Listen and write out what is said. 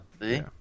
see